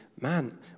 man